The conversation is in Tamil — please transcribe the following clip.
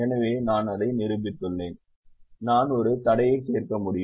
எனவே நான் அதை நிரூபித்துள்ளேன் நான் ஒரு தடையை சேர்க்க முடியும்